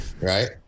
right